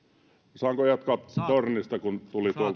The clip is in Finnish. saanko jatkaa tornista kun tuli tuolta tuommoista kritiikkiä minä